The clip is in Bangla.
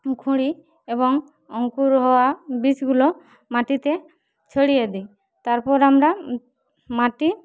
খুঁড়ি এবং অঙ্কুর হওয়া বীজগুলো মাটিতে ছড়িয়ে দিই তারপর আমরা মাটি